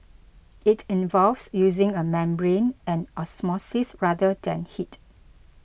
it involves using a membrane and osmosis rather than heat